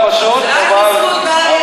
רק בזכות דוד, יאללה,